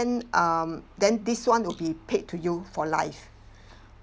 um then this [one] would be paid to you for life